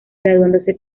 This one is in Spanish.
graduándose